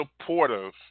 supportive